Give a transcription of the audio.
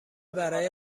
برای